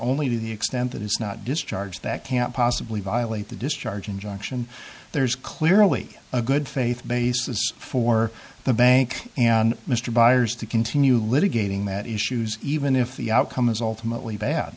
only to the extent that it's not discharge that can't possibly violate the discharge injunction there's clearly a good faith basis for the bank and mr buyers to continue litigating that issues even if the outcome is ultimately bad